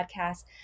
podcast